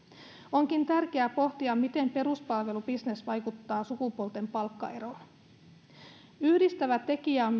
onkin tärkeää pohtia miten peruspalvelubisnes vaikuttaa sukupuolten palkkaeroon yhdistävä tekijä on